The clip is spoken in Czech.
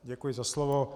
Děkuji za slovo.